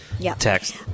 text